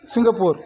Singapore